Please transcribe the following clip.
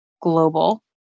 Global